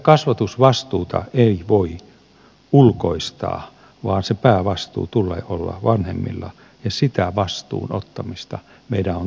kasvatusvastuuta ei voi ulkoistaa vaan päävastuun tulee olla vanhemmilla ja sitä vastuun ottamista meidän on tuettava